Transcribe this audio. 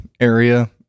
area